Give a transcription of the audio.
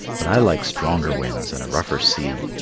but i like stronger winds and a rougher sea.